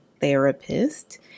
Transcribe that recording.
Therapist